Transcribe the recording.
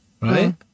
right